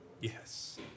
Yes